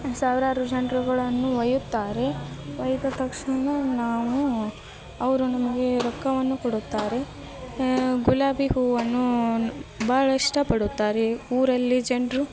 ಸಾವಿರಾರು ಜನ್ರ್ಗಳನ್ನು ಒಯ್ಯುತ್ತಾರೆ ಒಯ್ದ ತಕ್ಷಣ ನಾವು ಅವರು ನಮಗೆ ರೊಕ್ಕವನ್ನು ಕೊಡುತ್ತಾರೆ ಗುಲಾಬಿ ಹೂವನ್ನೂ ಭಾಳ ಇಷ್ಟ ಪಡುತ್ತಾರೆ ಊರಲ್ಲಿ ಜನರು